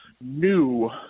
New